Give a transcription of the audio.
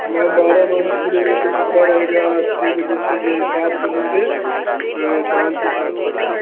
इमामबाड़ा मान के चलिए वो तो खुला रहेगा छः बजे से सात बजे से शाम के सात बजे तक